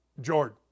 Jordan